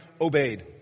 obeyed